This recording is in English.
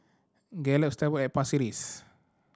Gallop Stable at Pasir Ris